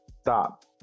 stop